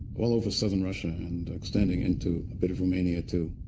all over southern russia, and extending into a bit of romania, too.